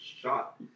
shot